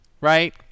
Right